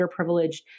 underprivileged